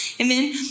Amen